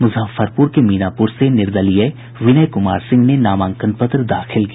मुजफ्फरपुर के मीनापुर से निर्दलीय विजय कुमार सिंह ने नामांकन पत्र दाखिल किया